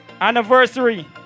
anniversary